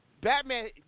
Batman